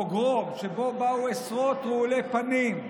פוגרום שבו באו עשרות רעולי פנים,